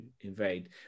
invade